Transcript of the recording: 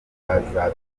bazatora